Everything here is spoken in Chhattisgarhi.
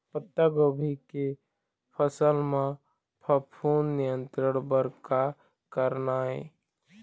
पत्तागोभी के फसल म फफूंद नियंत्रण बर का करना ये?